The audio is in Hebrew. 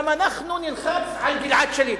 גם אנחנו נלחץ על גלעד שליט.